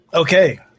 Okay